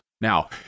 Now